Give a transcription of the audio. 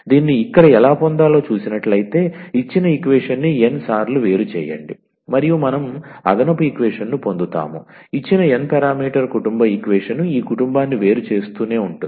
దీన్ని ఇక్కడ ఎలా పొందాలో చూసినట్లైతే ఇచ్చిన ఈక్వేషన్ న్ని 𝑛 సార్లు వేరు చేయండి మరియు మనం అదనపు ఈక్వేషన్ ను పొందుతాము ఇచ్చిన 𝑛 పారామీటర్ కుటుంబ ఈక్వేషన్ ఈ కుటుంబాన్ని వేరు చేస్తూనే ఉంటుంది